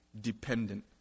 dependent